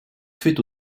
fait